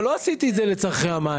אבל לא עשיתי את זה לצורך המענק,